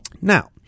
Now